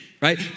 right